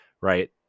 right